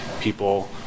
people